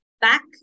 back